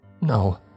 No